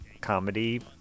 comedy